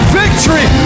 victory